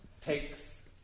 takes